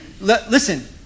Listen